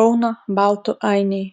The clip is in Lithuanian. kauno baltų ainiai